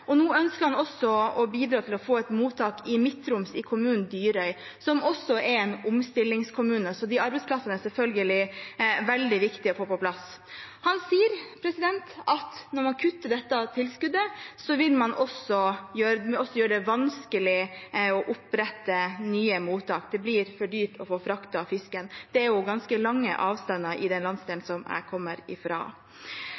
Nå ønsker han å bidra til at man får et mottak i Midt-Troms, i kommunen Dyrøy, som er en omstillingskommune, så de arbeidsplassene er det selvfølgelig veldig viktig å få på plass. Han sier at når man kutter i dette tilskuddet, vil man også gjøre det vanskelig å opprette nye mottak – det blir for dyrt å få fraktet fisken. Det er jo ganske lange avstander i den landsdelen